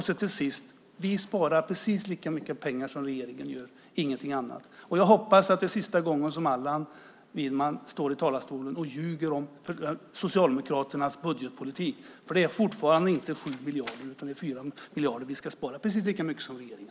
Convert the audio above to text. Slutligen: Vi sparar precis lika mycket pengar som regeringen, ingenting annat. Jag hoppas att det är sista gången Allan Widman står i talarstolen och ljuger om Socialdemokraternas budgetpolitik, för det är fortfarande inte 7 miljarder utan 4 miljarder vi ska spara. Det är precis lika mycket som regeringen.